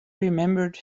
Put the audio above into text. remembered